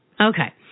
Okay